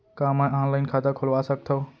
का मैं ऑनलाइन खाता खोलवा सकथव?